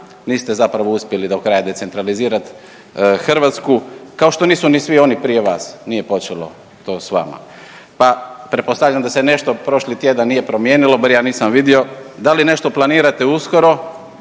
niste zapravo uspjeli do kraja decentralizirati Hrvatsku kao što nisu ni svi oni prije vas, nije počelo to sa vama. Pa pretpostavljam da se nešto prošli tjedan nije promijenilo, bar ja nisam vidio da li nešto planirate uskoro